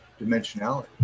dimensionality